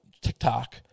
TikTok